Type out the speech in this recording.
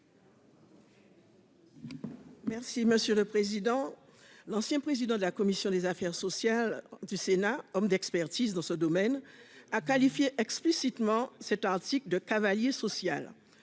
Merci monsieur le président. L'ancien président de la commission des affaires sociales du Sénat, homme d'expertise dans ce domaine a qualifié explicitement cet article de cavalier social.